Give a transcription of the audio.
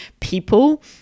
people